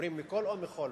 אומרים "מכּל" או "מכל"?